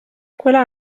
quella